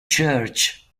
church